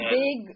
big